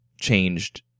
changed